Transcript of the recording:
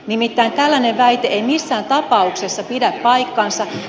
nimittäin tällainen väite ei missään tapauksessa pidä paikkaansa